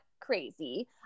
crazy